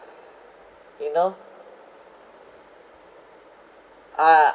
you know ah